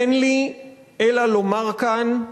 אין לי אלא לומר כאן: